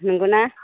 नंगौना